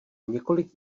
několik